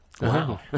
Wow